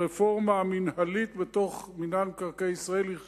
הרפורמה המינהלית במינהל מקרקעי ישראל היא חיובית,